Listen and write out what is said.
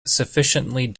sufficiently